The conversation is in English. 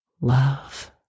love